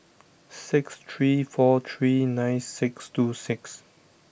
six three four three nine six two six